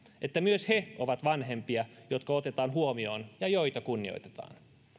että myös he ovat vanhempia jotka otetaan huomioon ja joita kunnioitetaan